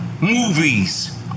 Movies